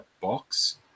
box